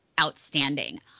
outstanding